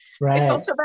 Right